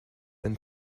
ein